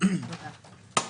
בבקשה.